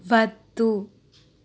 వద్దు